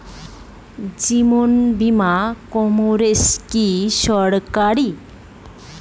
জীবন বীমা কর্পোরেশন কি সরকারি?